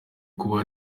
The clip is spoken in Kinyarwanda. kuba